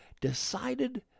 decided